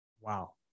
Wow